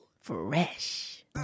Fresh